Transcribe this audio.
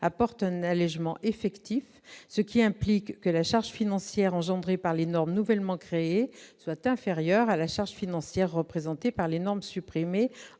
apporte un allégement effectif, ce qui implique que la charge financière engendrée par les normes nouvellement créées soit inférieure à la charge financière représentée par les normes supprimées